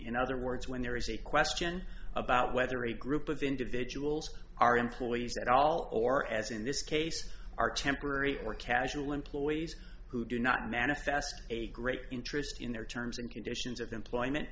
in other words when there is a question about whether a group of individuals are employees at all or as in this case are temporary or casual employees who do not manifest a great interest in their terms and conditions of employment